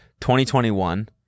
2021